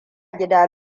gida